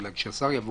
אולי כשהשר יבוא.